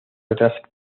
otras